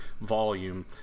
volume